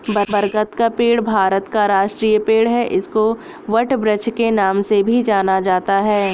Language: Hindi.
बरगद का पेड़ भारत का राष्ट्रीय पेड़ है इसको वटवृक्ष के नाम से भी जाना जाता है